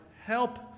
help